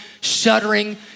shuddering